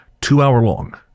two-hour-long